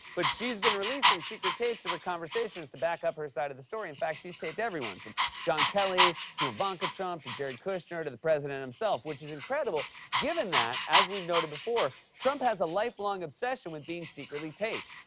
but she's been releasing secret tapes of her conversations to back up her side of the story. in fact, she's taped everyone from john kelly to ivanka trump to jared kushner to the president himself, which is incredible given that, as we've noted before, trump has a lifelong obsession with being secretly taped.